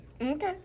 Okay